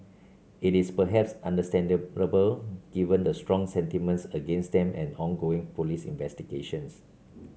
it is perhaps understandable given the strong sentiments against them and ongoing police investigations